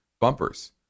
bumpers